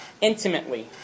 intimately